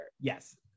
yes